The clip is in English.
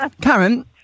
Karen